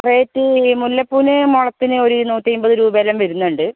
rate ഈ മുല്ലപ്പൂവിന് മുഴത്തിന് ഒരു നൂറ്റിയമ്പത് രൂപയോളം വരുന്നുണ്ട്